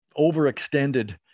overextended